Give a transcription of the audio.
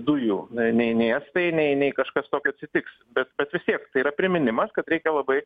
dujų nei nei estai nei nei kažkas tokio atsitiks bet bet vis tiek tai yra priminimas kad reikia labai